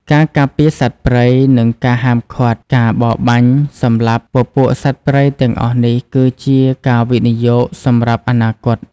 ការការពារសត្វព្រៃ និងការហាមឃាត់ការបរបាញ់សម្លាប់ពពួកសត្វព្រៃទាំងអស់នេះគឺជាការវិនិយោគសម្រាប់អនាគត។